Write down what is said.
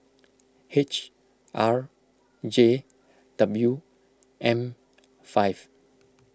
H R J W M five